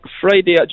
friday